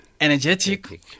energetic